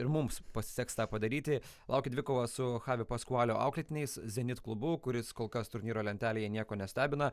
ir mums pasiseks tą padaryti laukia dvikova su chavi paskualio auklėtiniais zenit klubu kuris kol kas turnyro lentelėje nieko nestebina